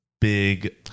big